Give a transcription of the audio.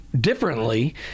differently